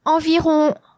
Environ